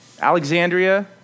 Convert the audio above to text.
Alexandria